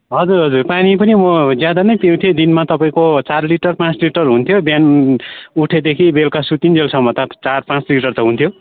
हजुर हजुर पानी पनि म ज्यादा नै पिउँथे दिनमा तपाईँको चार लिटर पाँच लिटर हुन्थ्यो बिहान उठेदेखि बेलुका सुतिन्जेलसम्म त चार पाँच लिटर त हुन्थ्यो